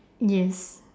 yes